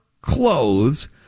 clothes